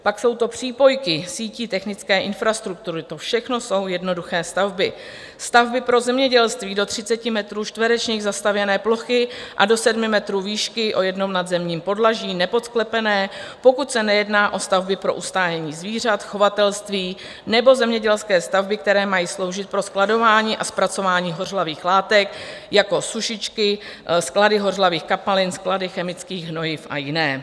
Pak jsou to přípojky sítí technické infrastruktury to všechno jsou jednoduché stavby stavby pro zemědělství do 30 metrů čtverečních zastavěné plochy a do 7 metrů výšky o jednom nadzemním podlaží, nepodsklepené, pokud se nejedná o stavby pro ustájení zvířat, chovatelství nebo zemědělské stavby, které mají sloužit pro skladování a zpracování hořlavých látek, jako sušičky, sklady hořlavých kapalin, sklady chemických hnojiv a jiné.